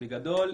בגדול,